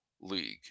League